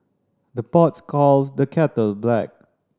the pots calls the kettle black